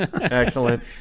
Excellent